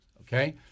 Okay